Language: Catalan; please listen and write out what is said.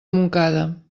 montcada